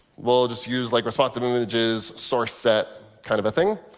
we'll just use like responsive images, source set kind of thing.